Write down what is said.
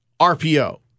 RPO